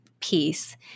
peace